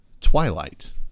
Twilight